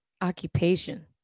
occupation